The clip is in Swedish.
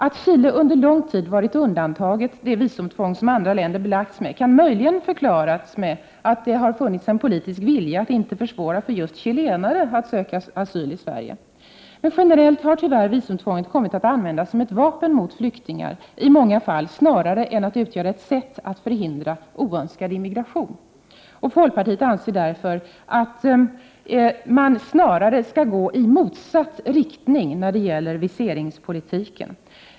Att Chile under lång tid varit undantaget det visumtvång som andra länder belagts med kan möjligen förklaras med att det har funnits en politisk vilja att inte försvåra för just chilenare att söka asyl i Sverige. Generellt har tyvärr visumtvånget i många fall kommit att användas som ett — Prot. 1988/89:125 vapen mot flyktingar, snarare än att utgöra ett sätt att förhindra oönskad 31 maj 1989 immigration. Folkpartiet anser därför att man snarare skall gå i motsatt riktning när det gäller viseringspolitiken.